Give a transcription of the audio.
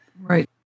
Right